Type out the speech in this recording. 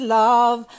love